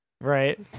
Right